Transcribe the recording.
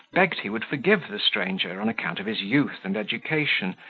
begged he would forgive the stranger on account of his youth and education,